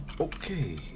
Okay